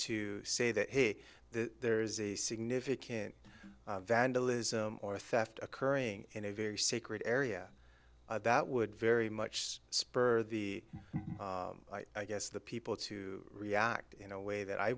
to say that there is a significant vandalism or theft occurring in a very sacred area that would very much spur the i guess the people to react in a way that i